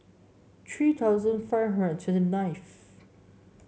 three thousand five hundred and twenty nineth